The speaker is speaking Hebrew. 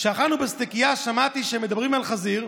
כשאכלנו בסטקייה שמעתי שמדברים על חזיר,